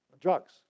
drugs